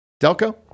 Delco